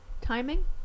Timing